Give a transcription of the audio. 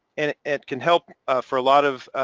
and it can help for a lot of.